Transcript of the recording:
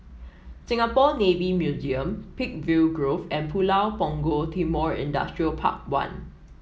Singapore Navy Museum Peakville Grove and Pulau Punggol Timor Industrial Park One